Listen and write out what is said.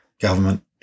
government